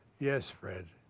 yes, fred.